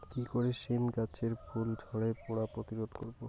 কি করে সীম গাছের ফুল ঝরে পড়া প্রতিরোধ করব?